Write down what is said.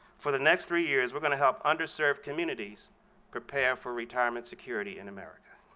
for the next three years we're going to help underserved communities prepare for retirement security in america.